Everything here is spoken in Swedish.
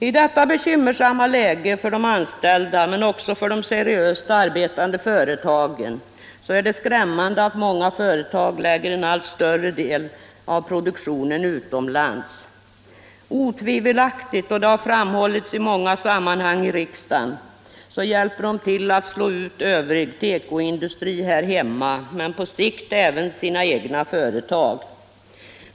I detta för de anställda men också för de seriöst arbetande företagen bekymmersamma läge är det skrämmande att många företag förlägger en allt större andel av produktionen utomlands. Otvivelaktigt — detta har framhållits i många sammanhang i riksdagen — hjälper de därmed till att slå ut övrig tekoindustri här hemma, på sikt även sina egna företag.